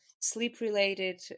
sleep-related